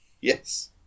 Yes